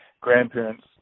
grandparents